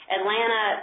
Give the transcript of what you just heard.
Atlanta